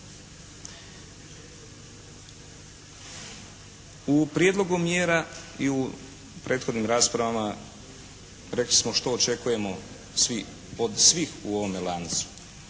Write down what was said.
U prijedlogu mjera i u prethodnim raspravama rekli smo što očekujemo od svih u ovome lancu,